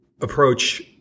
approach